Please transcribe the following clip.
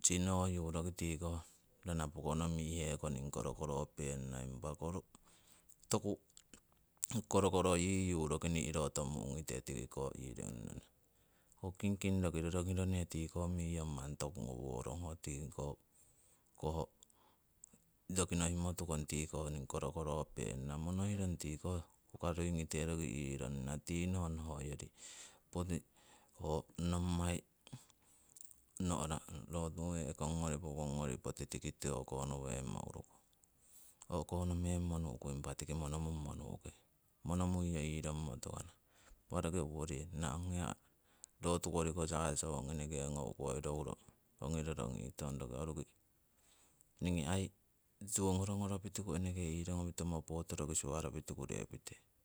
sinoyu roki tikoh rana pokono mi'he hoko ningi korokoro penong. Impa toku korokoro yiyu roki ni'rotomu'ke roki tikiko iron'a. Ho miyong mani toku ngoworong ho tikokoh nohimotukong tiko ningi korokoro penana monoirong tikoh hukarui ningite roki iron'ana. Tinohno hoyori poti nommai no'rah rotuwe'kong poti tiko o'konowem'o uruku monomuiyo irongmo tukana. Impa roki oworirana rotukoriko sasong ongi rorongitong roki roruki ningi aii tiwo ngoro pitiku irongommo potoroki siwaropi tiku roki pite